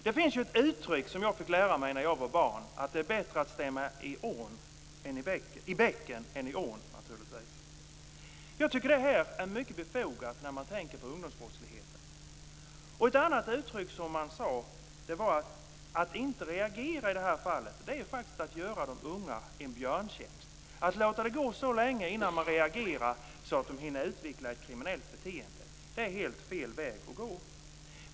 Det finns ett uttryck som jag fick lära mig när jag var barn: Det är bättre att stämma i bäcken än i ån. Jag tycker att det är mycket befogat när man tänker på ungdomsbrottsligheten. Något annat som sades var: Att inte reagera är faktiskt att göra de unga en björntjänst. Att låta det gå så långt innan man reagerar att de unga hinner utveckla ett kriminellt beteende är helt fel väg att gå.